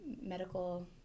medical